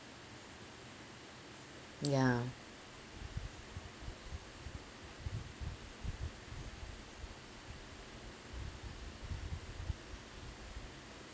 ya